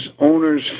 owners